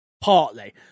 partly